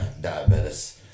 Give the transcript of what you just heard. diabetes